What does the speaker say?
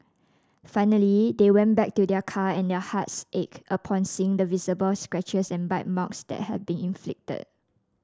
finally they went back to their car and their hearts ached upon seeing the visible scratches and bite marks that had been inflicted